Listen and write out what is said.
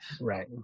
Right